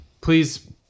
Please